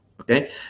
okay